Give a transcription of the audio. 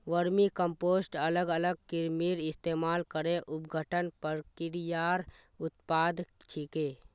vermicompost अलग अलग कृमिर इस्तमाल करे अपघटन प्रक्रियार उत्पाद छिके